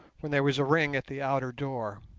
when there was a ring at the outer door.